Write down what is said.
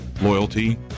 Loyalty